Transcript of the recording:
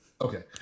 Okay